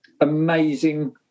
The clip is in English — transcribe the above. amazing